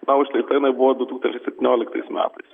na o išleista jinai buvo du tūkstančiai septynioliktais metais